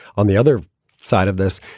on the other side of this,